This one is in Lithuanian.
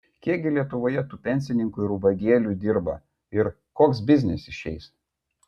kiek gi lietuvoje tų pensininkų ir ubagėlių dirba ir koks biznis išeis